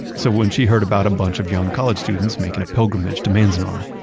so when she heard about a bunch of young college students making a pilgrimage to manzanar,